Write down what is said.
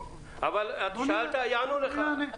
אבל שאלת, יענו לך.